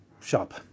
shop